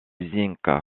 zinc